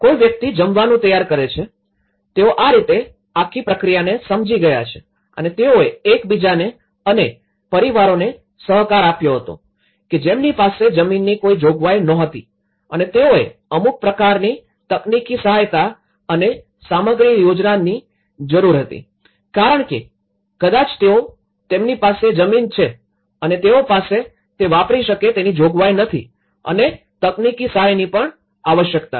કોઈ વ્યક્તિ જમવાનું તૈયાર કરે છે તેઓ આ રીતે આખી પ્રક્રિયા સમજી ગયા છે અને તેઓએ એકબીજાને અને પરિવારોને સહકાર આપ્યો હતો કે જેમની પાસે જમીનની કોઈ જોગવાઈ નહોતી અને તેઓને અમુક પ્રકારની તકનીકી સહાયતા અને સામગ્રી યોગદાનની જરૂર હતી કારણ કે કદાચ તેઓ તેમની પાસે જમીન છે અને તેઓ પાસે તે વાપરી શકે તેની જોગવાઈ નથી અને તકનીકી સહાયની પણ આવશ્યકતા છે